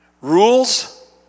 rules